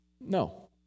No